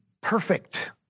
perfect